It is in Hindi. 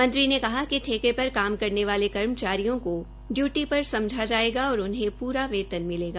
मंत्री ने कहा कि ठेके पर काम करने वाले कर्मचारियों को डयूटी पर समझा जायेगा और उन्हें पूरा वेतन मिलेगा